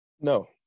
no